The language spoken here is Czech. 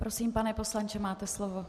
Prosím, pane poslanče, máte slovo.